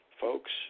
Folks